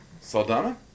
Saldana